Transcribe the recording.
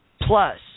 Plus